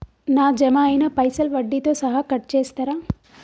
నా జమ అయినా పైసల్ వడ్డీతో సహా కట్ చేస్తరా?